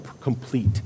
complete